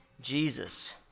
Jesus